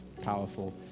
powerful